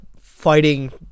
fighting